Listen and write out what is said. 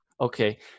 Okay